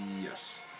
yes